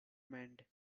mend